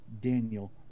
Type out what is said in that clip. Daniel